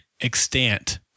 Extant